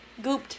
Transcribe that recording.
gooped